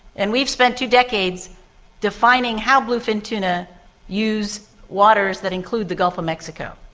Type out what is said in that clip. and we've spent two decades defining how bluefin tuna use waters that include the gulf of mexico.